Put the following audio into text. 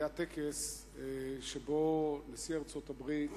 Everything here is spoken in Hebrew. היה טקס שבו נשיא ארצות-הברית,